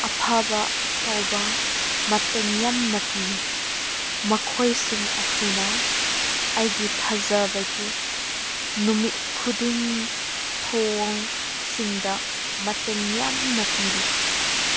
ꯑꯐꯕ ꯇꯧꯕ ꯃꯇꯦꯡ ꯌꯥꯝꯅ ꯄꯤ ꯃꯈꯣꯏꯁꯤꯡ ꯑꯁꯤꯅ ꯑꯩꯒꯤ ꯊꯥꯖꯕꯒꯤ ꯅꯨꯃꯤꯠ ꯈꯨꯗꯤꯡ ꯊꯣꯡꯁꯤꯡꯗ ꯃꯇꯦꯡ ꯌꯥꯝꯅ ꯄꯤꯕꯤ